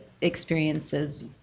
experiences